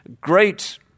great